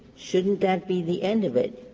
shouldn't that be the end of it?